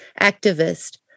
activist